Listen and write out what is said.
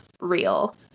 real